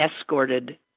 escorted